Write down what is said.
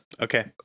Okay